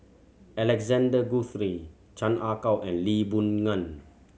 Alexander Guthrie Chan Ah Kow and Lee Boon Ngan